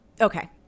okay